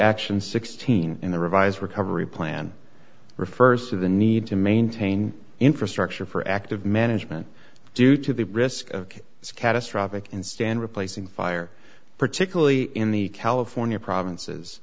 action sixteen in the revised recovery plan refers to the need to maintain infrastructure for active management due to the risk of its catastrophic in stand replacing fire particularly in the california provinces